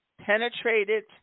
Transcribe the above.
penetrated